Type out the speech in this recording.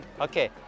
okay